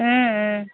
ও ও